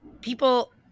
people